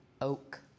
Oak